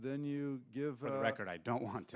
then you give a record i don't want